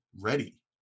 ready